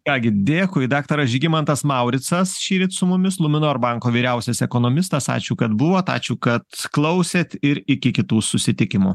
ką gi dėkui daktaras žygimantas mauricas šįryt su mumis luminor banko vyriausias ekonomistas ačiū kad buvot ačiū kad klausėt ir iki kitų susitikimų